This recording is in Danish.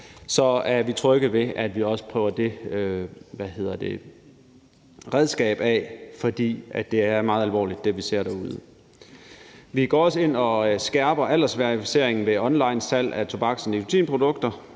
er vi trygge ved, at vi også prøver det redskab af, for det, vi ser derude, er meget alvorligt. Vi går også ind og skærper aldersverificeringen ved onlinesalg af tobaks- og nikotinprodukter.